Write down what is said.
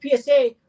PSA